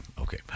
Okay